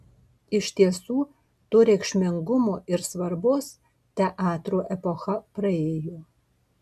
iš tiesų to reikšmingumo ir svarbos teatro epocha praėjo